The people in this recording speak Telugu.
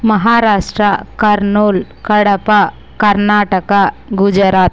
మహారాష్ట్ర కర్నూలు కడప కర్ణాటక గుజరాత్